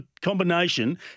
combination